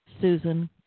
Susan